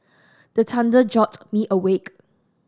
the thunder jolt me awake